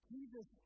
Jesus